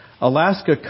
Alaska